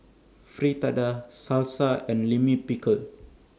Fritada Salsa and Lime Pickle